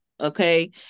okay